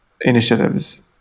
initiatives